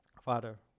Father